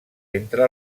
entre